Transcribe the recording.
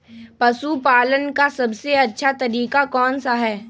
पशु पालन का सबसे अच्छा तरीका कौन सा हैँ?